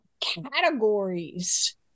categories